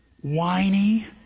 whiny